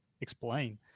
explain